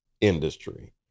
industry